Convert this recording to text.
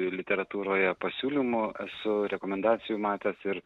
literatūroje pasiūlymų esu rekomendacijų matęs ir